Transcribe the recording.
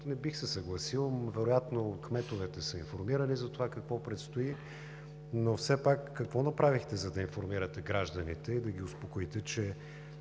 не бих се съгласил, но вероятно кметовете са информирани за това какво предстои, но все пак какво направихте, за да информирате гражданите и да ги успокоите, че